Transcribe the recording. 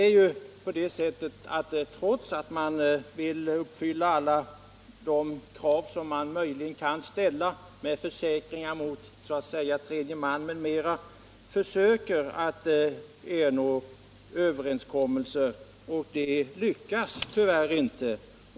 Radioamatörerna vill nog gärna uppfylla alla de krav som kan ställas på försäkringar för tredje man osv., och de försöker ernå överenskommelser, men det lyckas tyvärr inte.